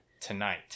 tonight